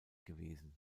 gewesen